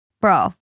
bro